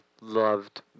loved